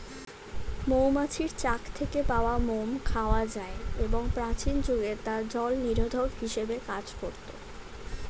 মৌমাছির চাক থেকে পাওয়া মোম খাওয়া যায় এবং প্রাচীন যুগে তা জলনিরোধক হিসেবে কাজ করত